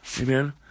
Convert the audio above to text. Amen